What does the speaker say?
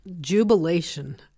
Jubilation